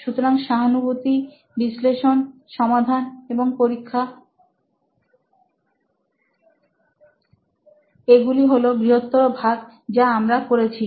সুতরাং সহানুভূতি বিশ্লেষণ সমাধান এবং পরীক্ষা এগুলি হল বৃহত্তর ভাগ যা আমরা করছি